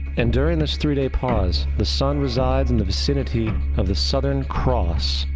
and during this three day pause, the sun resides in the vicinity of the southern cross,